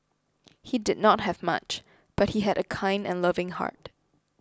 he did not have much but he had a kind and loving heart